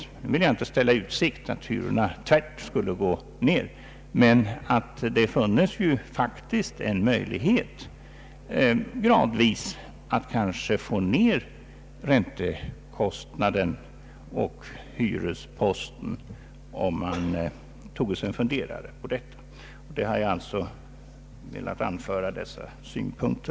Nu vill jag inte ställa i utsikt att hyrorna tvärt skulle gå ner, men det funnes faktiskt en möjlighet att gradvis få ner räntekostnaden och hyreskostnaden, om man toge sig en funderare på detta förslag och genomförde det. Jag ville, herr talman, endast framföra dessa synpunkter.